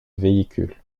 véhicule